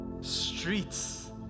Streets